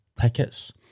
tickets